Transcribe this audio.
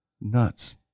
Nuts